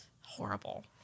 Horrible